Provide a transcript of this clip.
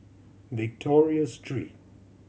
Victoria Street